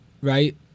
Right